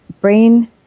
brain